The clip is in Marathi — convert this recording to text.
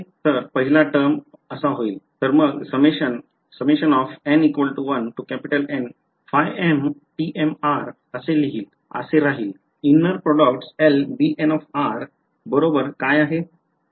तर पहिला टर्म होईल तर मग summation असे राहील inner product Lbn बरोबर काय आहे